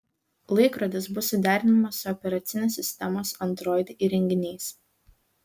laikrodis bus suderinamas su operacinės sistemos android įrenginiais